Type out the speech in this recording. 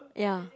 ya